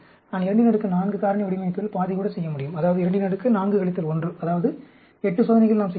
நான் 24 காரணி வடிவமைப்பில் பாதி கூட செய்ய முடியும் அதாவது 24 1 அதாவது 8 சோதனைகள் நாம் செய்ய முடியும்